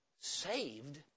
saved